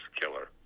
killer